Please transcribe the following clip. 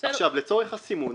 עכשיו, לצורך הסימון,